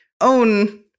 own